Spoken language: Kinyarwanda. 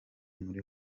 muri